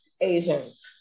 Asians